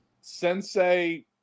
sensei